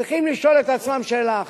צריכים לשאול את עצמם שאלה אחת,